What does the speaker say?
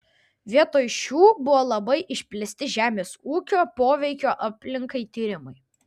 vietoj šių buvo labai išplėsti žemės ūkio poveikio aplinkai tyrimai